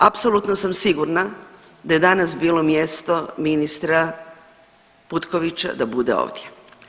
Apsolutno sam sigurna da je danas bilo mjesto ministra Butkovića da bude ovdje.